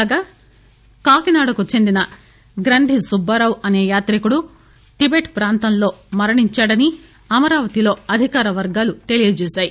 కాగా కాకినాడకు చెందిన గ్రంధి సుబ్బారావు అసే యాత్రికుడు టిబెట్ ప్రాంతంలో మరణించాడని అమరావతిలో అధికారవర్గాలు తెలిపాయి